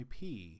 IP